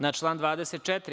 Na član 24.